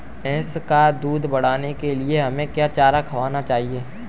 भैंस का दूध बढ़ाने के लिए हमें क्या चारा खिलाना चाहिए?